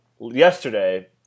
yesterday